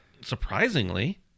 surprisingly